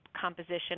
composition